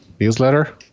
newsletter